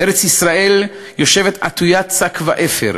"ארץ-ישראל יושבת עטוית שק ואפר,